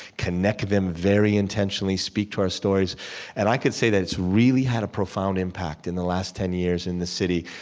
connect them very intentionally, speak to our stories and i can say that it's really had a profound impact in the last ten years in this city.